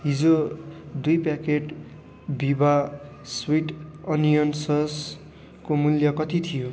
हिजो दुई प्याकेट भिबा स्विट अनियन ससको मूल्य कति थियो